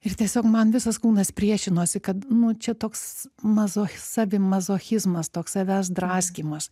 ir tiesiog man visas kūnas priešinosi kad nu čia toks mazos savimazochizmas toks savęs draskymas